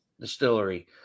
Distillery